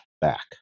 back